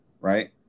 Right